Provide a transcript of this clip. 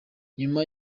nyuma